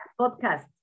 podcast